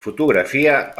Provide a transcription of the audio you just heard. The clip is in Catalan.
fotografia